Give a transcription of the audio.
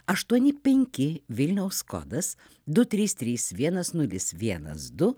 aštuoni penki vilniaus kodas du trys trys vienas nulis vienas du